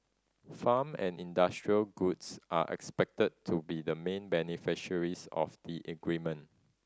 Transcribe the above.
farm and industrial goods are expected to be the main beneficiaries of the agreement